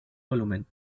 volumen